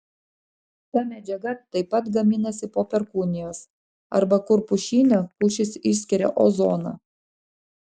ta medžiaga taip pat gaminasi po perkūnijos arba kur pušyne pušys išskiria ozoną